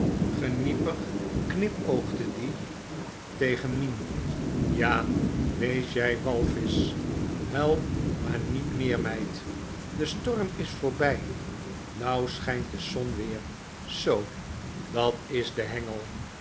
geniepig knipoogde die tegen mien ja wees jij walvisch huil maar niet meer meid de storm is voorbij nou schijnt de son weer soo dat is de hengel